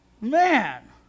Man